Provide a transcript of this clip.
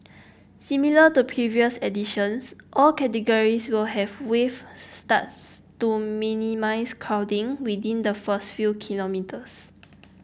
similar to previous editions all categories will have wave starts to minimise crowding within the first few kilometres